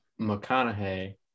McConaughey